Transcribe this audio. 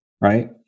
right